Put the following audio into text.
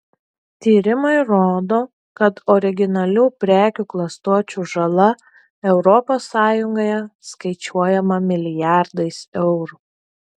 tyrimai rodo kad originalių prekių klastočių žala europos sąjungoje skaičiuojama milijardais eurų